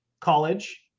college